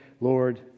Lord